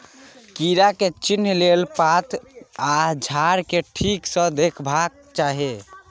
कीड़ा के चिन्हे लेल पात आ झाड़ केँ ठीक सँ देखबाक चाहीं